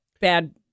bad